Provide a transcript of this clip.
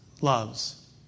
loves